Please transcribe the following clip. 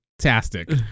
fantastic